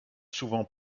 souvent